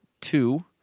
two